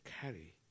carry